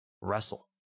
wrestle